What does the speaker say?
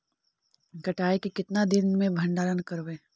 कटाई के कितना दिन मे भंडारन करबय?